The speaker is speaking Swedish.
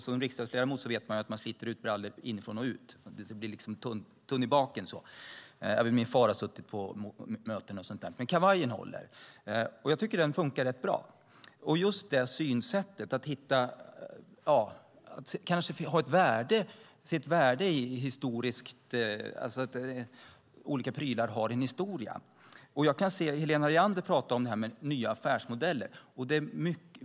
Som riksdagsledamot vet man att man sliter ut brallor inifrån och ut, att de blir tunna i baken, och även min far har suttit mycket på möten. Men kavajen håller, och jag tycker att den funkar rätt bra. Det kanske har ett värde att olika prylar har en historia. Helena Leander talade om detta med nya affärsmodeller.